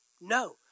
no